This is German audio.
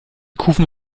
kufen